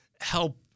help